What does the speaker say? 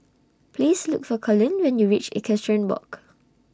Please Look For Colin when YOU REACH Equestrian Walk